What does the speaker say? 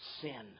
sin